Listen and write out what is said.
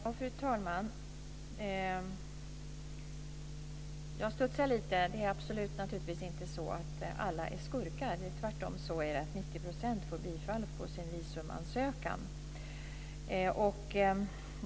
Fru talman! Jag studsar till lite. Det är naturligtvis inte så att alla är skurkar. Tvärtom är det 90 % som får bifall på sin visumansökan.